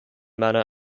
manor